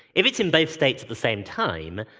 if it's in both states at the same time,